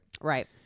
Right